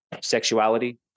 sexuality